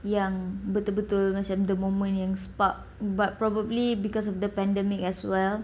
yang betul-betul macam the moment yang spark but probably because of the pandemic as well